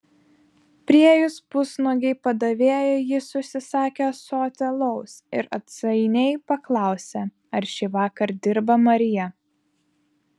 priėjus pusnuogei padavėjai jis užsisakė ąsotį alaus ir atsainiai paklausė ar šįvakar dirba marija